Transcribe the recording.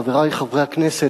חברי חברי הכנסת,